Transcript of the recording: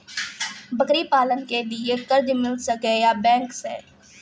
बकरी पालन के लिए कर्ज मिल सके या बैंक से?